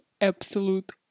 absolute